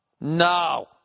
No